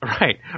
Right